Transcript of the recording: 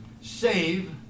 save